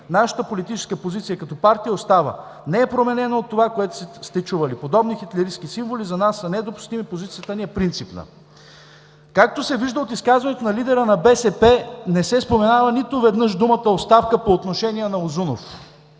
Нашата политическа позиция като партия остава. Не е променена от това, което сте чували – подобни хитлеристки символи за нас са недопустими. Позицията ни е принципна“. Както се вижда от изказването на лидера на БСП, не се споменава нито веднъж думата „оставка“ по отношение на Узунов,